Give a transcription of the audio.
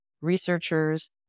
researchers